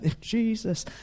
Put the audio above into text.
jesus